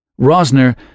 Rosner